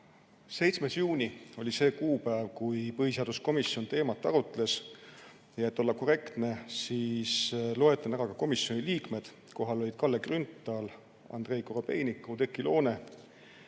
7. juuni oli see kuupäev, kui põhiseaduskomisjon teemat arutas. Et olla korrektne, siis loen ette ka komisjoni liikmed. Kohal olid Kalle Grünthal, Andrei Korobeinik, Oudekki Loone,